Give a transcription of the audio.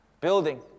building